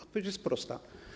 Odpowiedź jest prosta.